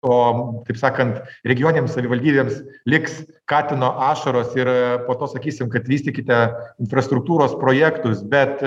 o taip sakant regioninėms savivaldybėms liks katino ašaros ir po to sakysim kad vystykite infrastruktūros projektus bet